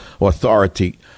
authority